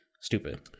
stupid